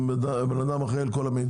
אם אדם אחד אחראי על כל המידע.